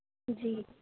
جی